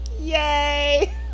Yay